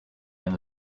end